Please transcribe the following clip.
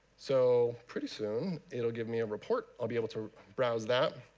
so pretty soon, it'll give me a report. i'll be able to browse that.